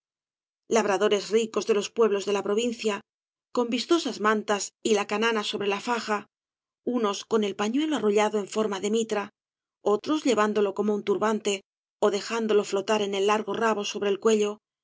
labradores ricos de los pueblos de la provincia con vis v blasco ibáñsz tosas mantas y la canana sobre la faja unos con el pañuelo arrollado en forma de mitra otros llevándolo como un turbante ó dejándolo flotar en largo rabo sobre el cuello